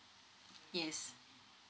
yes